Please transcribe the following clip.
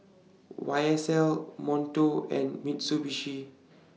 Y S L Monto and Mitsubishi